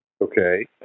Okay